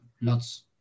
lots